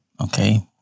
Okay